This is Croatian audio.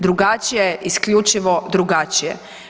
Drugačije je isključivo drugačije.